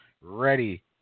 ready